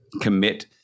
commit